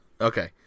Okay